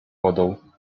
wodą